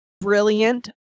brilliant